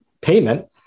payment